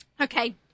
Okay